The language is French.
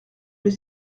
les